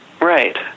Right